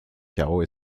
carreau